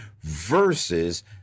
versus